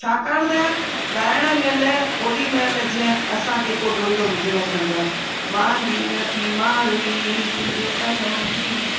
छाकाणि त ॻाइण महिल ओॾीमहिल जीअं असांखे को ॾोहीड़ो विझिणो पवंदो आहे